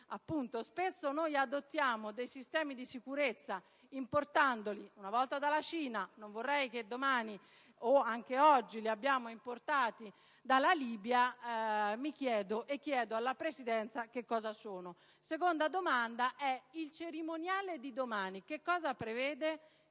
che spesso noi adottiamo dei sistemi di sicurezza importandoli a volte dalla Cina ‑ e non vorrei che domani o anche oggi li abbiamo importati dalla Libia ‑ mi chiedo e chiedo alla Presidenza che cosa sono. La seconda domanda è la seguente: il cerimoniale di domani cosa prevede?